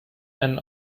einen